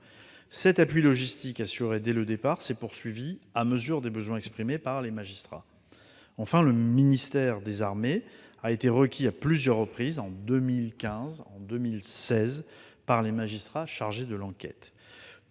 Cet appui logistique assuré dès le départ s'est poursuivi à mesure des besoins exprimés par les magistrats. En effet, le ministère des armées a été requis à plusieurs reprises, en 2015 et en 2016, par les magistrats chargés de l'enquête.